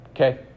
Okay